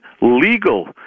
legal